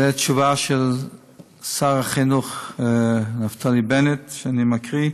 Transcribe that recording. זאת התשובה של שר החינוך נפתלי בנט שאני מקריא.